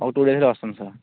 ఒక టూ డేస్లో వస్తాం సార్